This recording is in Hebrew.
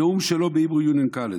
נאום שלו בהיברו יוניון קולג'.